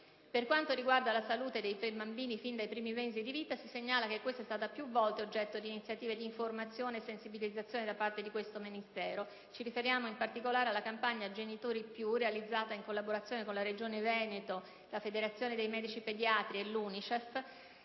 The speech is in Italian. Per quanto riguarda la salute dei bambini fin dai primi mesi di vita, si segnala che questa è stata più volte oggetto di iniziative di informazione e sensibilizzazione da parte di questo Ministero. Ci si riferisce in particolare alla campagna «Genitori più» (realizzata in collaborazione con la Regione Veneto, la Federazione italiana dei medici pediatri e l'UNICEF),